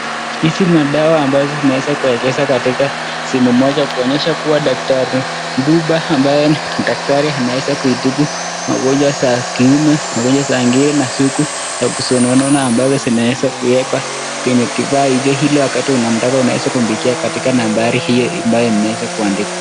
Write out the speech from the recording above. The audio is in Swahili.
Hizi ni madawa ambazo zimeweza kuwekezwa katika sehemu moja kuonyesha kuwa daktari Mduba ambaye ni daktari anaweza kuitibu magonjwa za kiume, magonjwa za ngiri na suku na kusonoona ambazo zinaweza kuwekwa kwenye kifaa hiyo. Hilo wakati unamtaka unaweza kumpigia katika nambari hiyo ambayo imeweza kuandikwa.